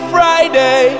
Friday